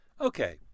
Okay